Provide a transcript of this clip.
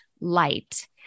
light